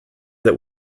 that